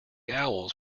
owls